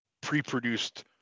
pre-produced